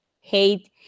hate